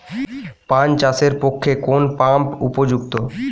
পান চাষের পক্ষে কোন পাম্প উপযুক্ত?